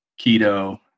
keto